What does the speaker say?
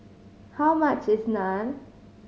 how much is Naan